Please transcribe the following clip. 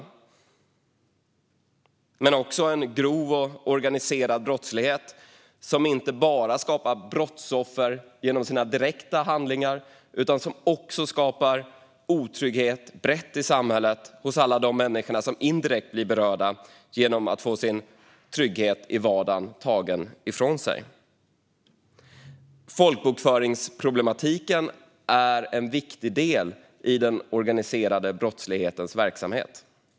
Det handlar också om den grova och organiserade brottsligheten, som inte bara skapar brottsoffer genom sina direkta handlingar utan också otrygghet brett i samhället för alla de människor som indirekt blir berörda genom att de blir fråntagna sin trygghet i vardagen. Folkbokföringsproblematiken är en viktig del i den organiserade brottslighetens verksamhet.